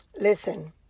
listen